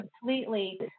completely